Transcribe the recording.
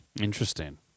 Interesting